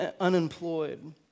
unemployed